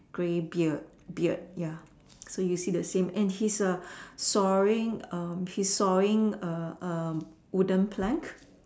grey beard beard ya so you see the same and he's a sawing um he's sawing a um wooden plank